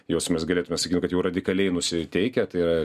juos mes galėtume sakyt nu kad jau radikaliai nusiteikę tai yra